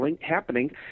happening